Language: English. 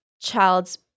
child's